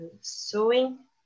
sewing